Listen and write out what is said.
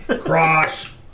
Cross